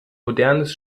modernes